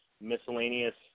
miscellaneous